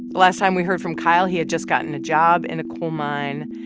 last time we heard from kyle, he had just gotten a job in a coal mine,